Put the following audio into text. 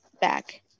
back